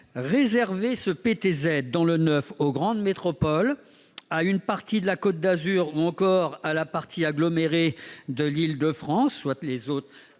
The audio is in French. Réserver ce PTZ dans le neuf aux grandes métropoles, à une partie de la Côte d'Azur, ou encore au seul périmètre aggloméré de l'Île-de-France, soit les zones